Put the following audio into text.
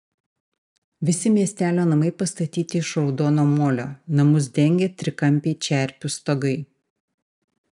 visi miestelio namai pastatyti iš raudono molio namus dengia trikampiai čerpių stogai